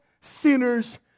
sinners